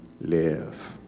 live